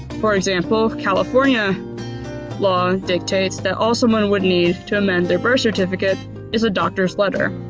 for example, california law dictates that all someone would need to amend their birth certificate is a doctor's letter.